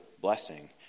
blessing